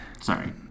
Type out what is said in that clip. Sorry